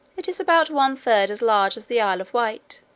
it is about one third as large as the isle of wight,